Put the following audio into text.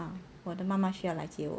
我的妈妈需要来接我